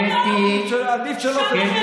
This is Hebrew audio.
אתה מבדיל יותר טוב?